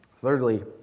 Thirdly